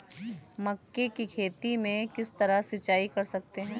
मक्के की खेती में किस तरह सिंचाई कर सकते हैं?